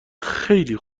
خیلی